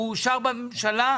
הוא אושר בממשלה.